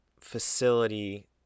facility